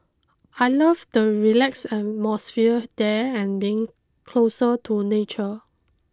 I love the relaxed atmosphere there and being closer to nature